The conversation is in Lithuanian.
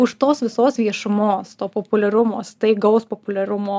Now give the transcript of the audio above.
už tos visos viešumos to populiarumo staigaus populiarumo